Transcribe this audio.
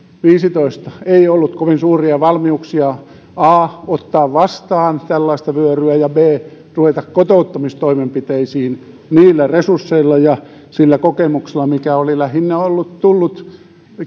viisitoista ei ollut kovin suuria valmiuksia a ottaa vastaan tällaista vyöryä ja b ruveta kotouttamistoimenpiteisiin niillä resursseilla ja sillä kokemuksella mikä oli lähinnä tullut